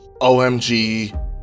OMG